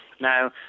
Now